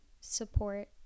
support